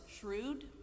shrewd